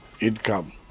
income